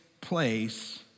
place